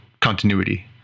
continuity